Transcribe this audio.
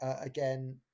again